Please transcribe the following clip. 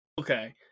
Okay